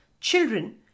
Children